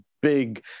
big